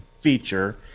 feature